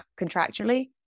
contractually